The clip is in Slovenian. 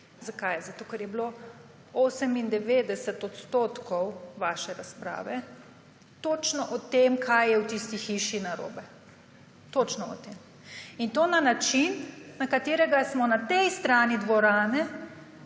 Zakaj? Zato ker je bilo 98 % vaše razprave točno o tem, kaj je v tisti hiši narobe. Točno o tem. In to na način, na katerega smo na tej strani dvorane